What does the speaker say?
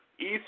east